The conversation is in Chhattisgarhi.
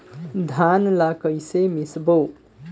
धान ला कइसे मिसबो?